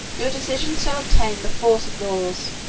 your decisions shall obtain the force of laws.